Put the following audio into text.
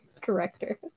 corrector